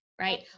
right